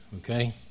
okay